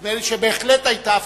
נדמה לי שבהחלט היתה הבחנה.